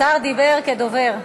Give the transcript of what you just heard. השר דיבר כדובר.